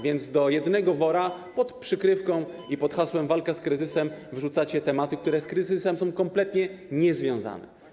Więc do jednego wora pod przykrywką i pod hasłem walki z kryzysem wrzucacie tematy, które z kryzysem są kompletnie niezwiązane.